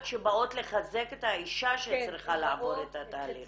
שבאות לחזק את האשה שצריכה לעבור את התהליך.